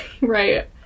Right